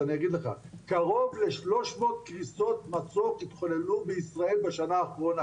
אז אני אגיד לך קרוב ל-300 קריסות מצוק התחוללו בישראל בשנה האחרונה.